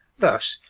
thus,